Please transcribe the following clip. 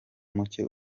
muke